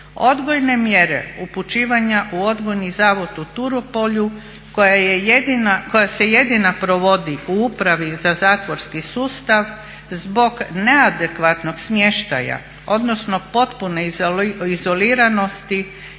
Odgojne mjere upućivanja u odgojni Zavod u Turopolju koja se jedina provodi u Upravi za zatvorski sustav zbog neadekvatnog smještaja, odnosno potpune izoliranosti